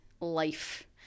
life